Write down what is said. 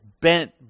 Bent